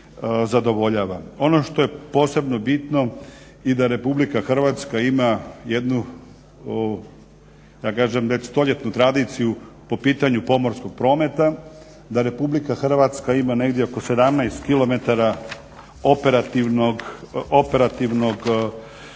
Ono što je posebno bitno i da RH ima jednu već stoljetnu tradiciju po pitanju pomorskog prometa, da RH ima negdje oko 17km operativne obale